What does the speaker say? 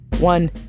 One